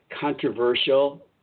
controversial